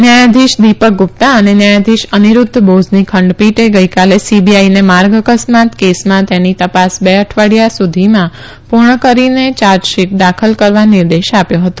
ન્યાયાધીશ દીપક ગુપ્તા અને ન્યાયાધીશ અનીરૂધ્ધ બોઝની ખંડપીઠે ગઈકાલે સીબીઆઈને માર્ગ અકસ્માત કેસમાં તેની તપાસ બે અઠવાડીયામાં પુર્ણ કરીને યાજંશીટ દાખલ કરવા નિર્દેશ આપ્યો હતો